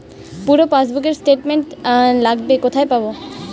পুরো পাসবুকের স্টেটমেন্ট লাগবে কোথায় পাব?